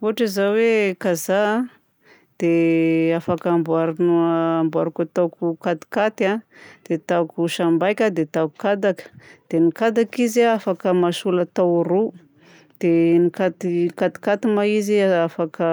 Ohatra izao hoe kazà a dia afaka amboarina amboarako ataoko katikaty a, dia ataoko sambaika, dia ataoko kadaka. Dia ny kadaka izy a afaka atao mahasolo atao ro. Dia ny katy- katikaty ma izy afaka